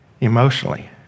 emotionally